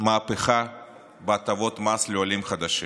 מהפכה והטבות מס לעולים חדשים.